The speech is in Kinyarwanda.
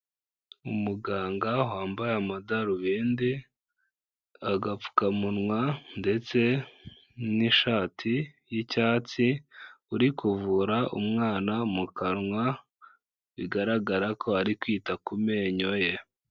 Umuganga wambaye amadarubindi, agapfukamunwa ndetse n'ishati y'icyatsi, uri kuvura umwana mu kanwa, bigaragara ko ari kwita ku menyo ye.